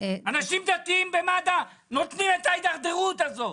אנשים דתיים במד"א נותנים את ההידרדרות הזאת.